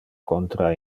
contra